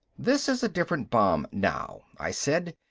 this is a different bomb now, i said,